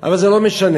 אבל זה לא משנה.